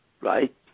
right